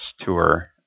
tour